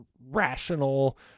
rational